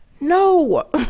No